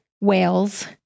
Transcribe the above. whales